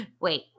Wait